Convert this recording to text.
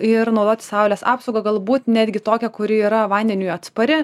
ir naudoti saulės apsaugą galbūt netgi tokią kuri yra vandeniui atspari